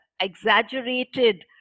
exaggerated